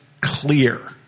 clear